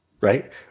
right